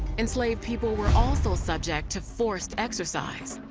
enslaved people were also subject to forced exercise,